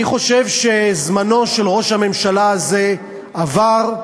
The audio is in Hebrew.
אני חושב שזמנו של ראש הממשלה הזה עבר.